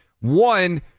One